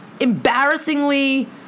embarrassingly